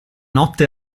notte